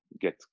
get